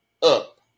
up